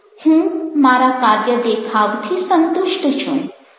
હું મારા કાર્ય દેખાવથી સંતુષ્ટ છું